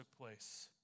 place